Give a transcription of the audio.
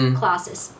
classes 。